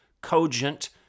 cogent